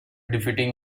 defeating